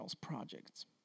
projects